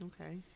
Okay